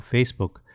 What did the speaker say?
Facebook